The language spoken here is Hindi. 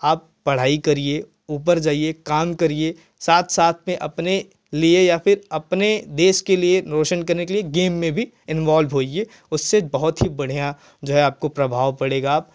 आप पढ़ाई करिए ऊपर जाइए काम करिए साथ साथ में अपने लिए या फ़िर अपने देश के लिए रौशन करने के लिए गेम में भी इन्वोल्भ होइए उससे बहुत ही बढ़िया जो है आपको प्रभाव पड़ेगा